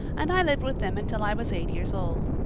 and i lived with them until i was eight years old.